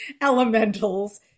elementals